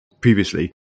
previously